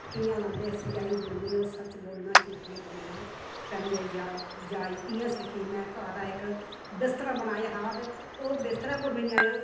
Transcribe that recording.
कियां लांदे सचाई बोलनी और सच बोलना झूठ निं बोलना कैली आई जांच इ'यां सीखी में घाऽ दा इक बिस्तरा बनाया हा ते ओह् बिस्तरा